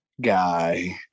guy